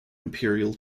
imperial